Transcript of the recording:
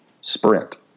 Sprint